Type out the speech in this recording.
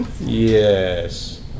Yes